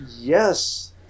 Yes